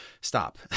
stop